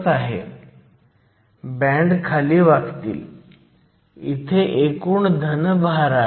आपण बदलत असलेली एकमेव गोष्ट म्हणजे ni आहे